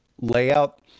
layout